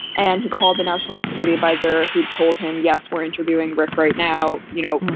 and he called the national security adviser who told him, yes, we're interviewing rick right now. you know,